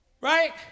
Right